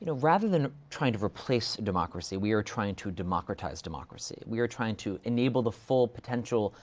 and rather than trying to replace democracy, we are trying to democratize democracy. we are trying to enable the full potential,